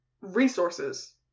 resources